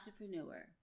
entrepreneur